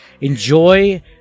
enjoy